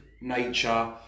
nature